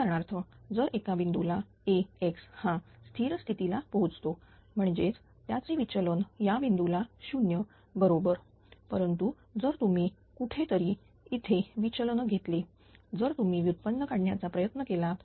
उदाहरणार्थ जर एका बिंदू ला AX हा स्थिर स्थितीला पोहोचतो म्हणजेच याचे विचलन या बिंदूला 0 बरोबर परंतु जर तुम्ही कुठेतरी इथे विचलन घेतले जर तुम्ही व्युत्पन्न काढण्याचा प्रयत्न केलात